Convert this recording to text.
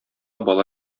бала